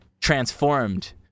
transformed